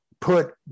put